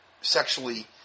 sexually